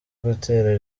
gutera